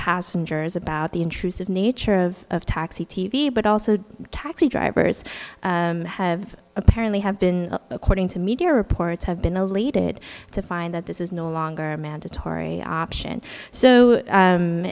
passengers about the intrusive nature of taxi t v but also taxi drivers have apparently have been according to media reports have been allayed it to find that this is no longer a mandatory option so